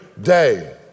day